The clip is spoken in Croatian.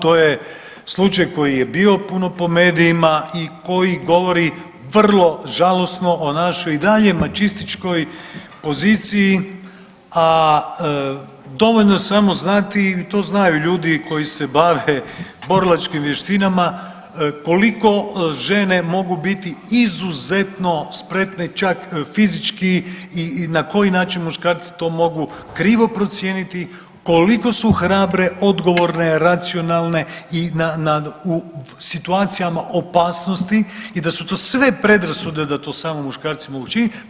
To je slučaj koji je bio puno po medijima i koji govori vrlo žalosno o našoj i dalje mačističkoj poziciji a dovoljno je samo znati i to znaju ljudi koji se bave borilačkim vještinama koliko žene mogu biti izuzetno spretne čak fizički i na koji način muškarci to mogu krivo procijeniti, koliko su hrabre, odgovorne, racionalne i situacijama opasnosti i da su to sve predrasude da to samo muškarci mogu učiniti.